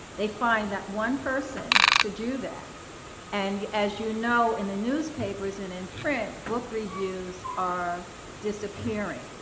they find that one person to do that and, as you know, in the newspapers and in print, book reviews are disappearing.